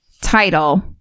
title